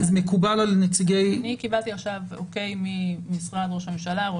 אני קיבלתי עכשיו אוקיי ממשרד ראש הממשל.